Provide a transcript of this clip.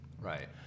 Right